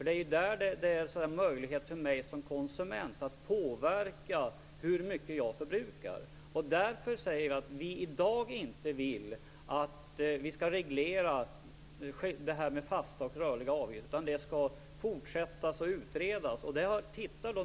Det är ju där jag som konsument har möjlighet att påverka. Därför vill vi i dag inte reglera detta med fasta och rörliga avgifter. Det skall man fortsätta att utreda.